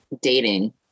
dating